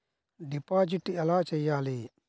Deposit ఎలా చెయ్యాలి?